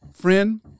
friend